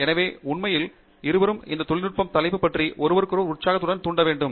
எனவே உண்மையில் இருவரும் அந்த தொழில்நுட்ப தலைப்பு பற்றி ஒருவருக்கொருவர் உற்சாகத்தை தூண்ட வேண்டும்